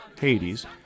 Hades